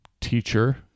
teacher